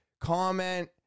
comment